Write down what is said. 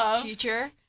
teacher